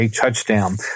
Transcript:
touchdown